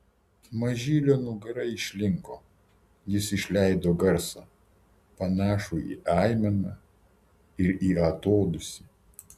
mažylio nugara išlinko jis išleido garsą panašų ir į aimaną ir į atodūsį